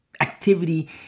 activity